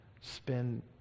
Spend